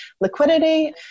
Liquidity